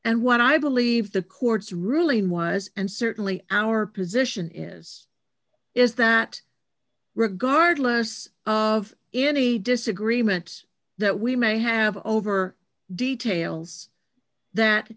and what i believe the court's ruling was and certainly our position is is that regardless of any disagreement that we may have over details that